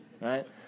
right